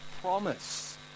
promise